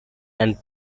and